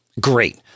Great